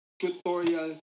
tutorial